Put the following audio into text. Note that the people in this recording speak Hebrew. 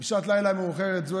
בשעת לילה מאוחרת זו,